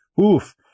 oof